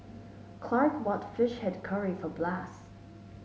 Clark bought fish head curry for Blas